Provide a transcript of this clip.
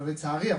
לא לצערי,